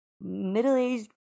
middle-aged